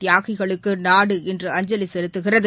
தியாகிகளுக்கு நாடு இன்று அஞ்சலி செலுத்துகிறது